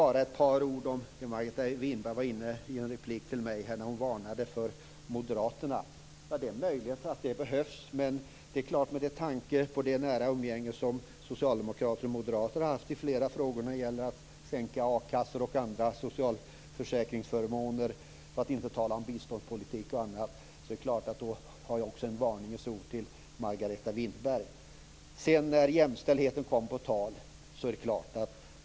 Margareta Winberg varnade mig i en replik för Moderaterna. Det är möjligt att det behövs. Men med tanke på det nära umgänge som socialdemokrater och moderater har haft i flera frågor när det gäller att sänka a-kassor och andra socialförsäkringsförmåner - för att inte tala om biståndspolitik och annat - har också jag ett varningens ord till Margareta Winberg. Jämställdheten kom också på tal.